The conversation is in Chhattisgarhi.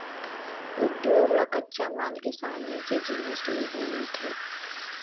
उद्योग ल कच्चा माल किसानी के जिनिस ले ही मिलथे